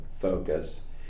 focus